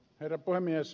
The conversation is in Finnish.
herra puhemies